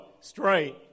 straight